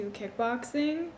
kickboxing